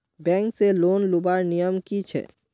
Bank से loan लुबार नियम की छे?